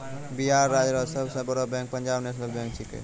बिहार राज्य रो सब से बड़ो बैंक पंजाब नेशनल बैंक छैकै